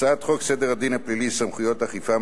הצעת חוק סדר הדין הפלילי (סמכויות אכיפה,